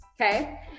okay